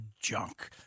junk